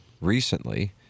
recently